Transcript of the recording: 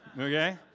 okay